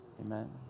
amen